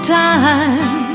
time